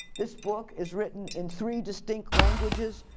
this book is written in three distinct languages.